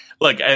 Look